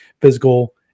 physical